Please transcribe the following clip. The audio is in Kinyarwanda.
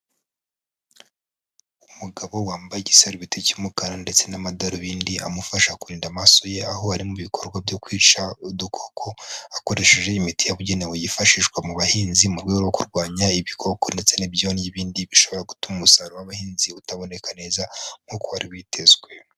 Umugabo wambaye igisarubeti cy'umukara ndetse n'amadarubindi amufasha kurinda amaso ye aho ari mu bikorwa byo kwica udukoko akoresheje imiti yabugenewe yifashishwa mu bahinzi mu rwego rwo kurwanya ibikoko ndetse n'ibyo n'ibindi bishobora gutuma umusaruro w'ubahinzi utaboneneka neza nk'uko wari witezwe.